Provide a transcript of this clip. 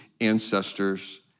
ancestors